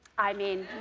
i mean